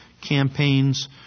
campaigns